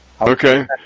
Okay